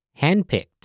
handpicked